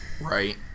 Right